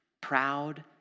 proud